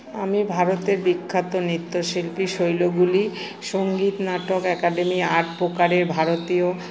আমি ভারতের বিখ্যাত নৃত্য শিল্পী শৈলগুলি সঙ্গীত নাটক একাডেমি আট প্রকারের ভারতীয়